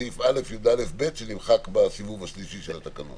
סעיף א' שנמחק בסיבוב השלישי של התקנות.